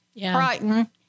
Brighton